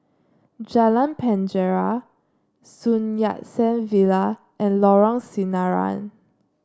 Jalan Penjara Sun Yat Sen Villa and Lorong Sinaran